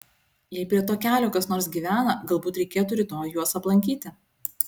jei prie to kelio kas nors gyvena galbūt reikėtų rytoj juos aplankyti